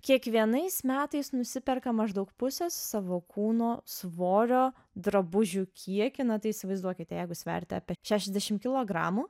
kiekvienais metais nusiperka maždaug pusės savo kūno svorio drabužių kiekį tai įsivaizduokite jeigu sveriate apie šešiasdešim kilogramų